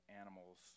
animals